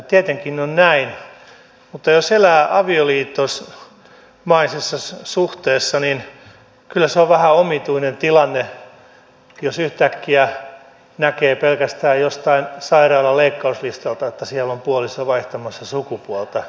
tietenkin on näin mutta jos elää avioliittomaisessa suhteessa niin kyllä se on vähän omituinen tilanne jos yhtäkkiä näkee pelkästään jostain sairaalan leikkauslistalta että siellä on puoliso vaihtamassa sukupuolta